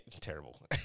Terrible